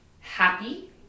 happy